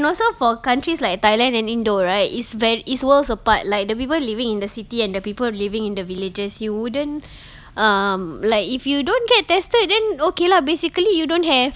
and also for countries like thailand and indo right it's ve~ it's worlds apart like the people living in the city and the people living in the villages you wouldn't um like if you don't get tested then okay lah basically you don't have